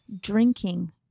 drinking